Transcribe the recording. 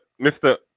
Mr